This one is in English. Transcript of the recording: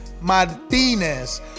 Martinez